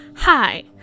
Hi